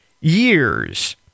years